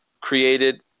created